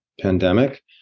pandemic